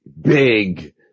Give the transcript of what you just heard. big